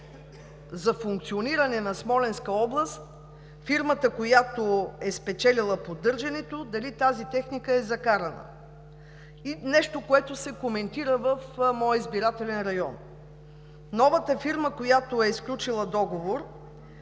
за функциониране на Смолянска област фирмата, която е спечелила поддържането, дали тази техника е закарана. И нещо, което се коментира в моя избирателен район. Новата фирма, която е сключила договор